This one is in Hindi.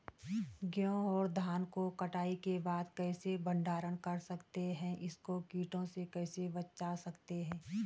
गेहूँ और धान को कटाई के बाद कैसे भंडारण कर सकते हैं इसको कीटों से कैसे बचा सकते हैं?